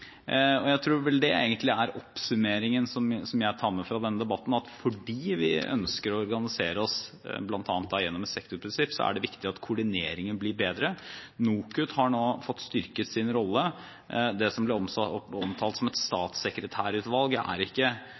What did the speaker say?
Jeg tror egentlig det er oppsummeringen jeg tar med fra denne debatten, at fordi vi ønsker å organisere oss bl.a. gjennom et sektorprinsipp, er det viktig at koordineringen blir bedre. NOKUT har nå fått styrket sin rolle. Det som ble omtalt som et statssekretærutvalg, er ikke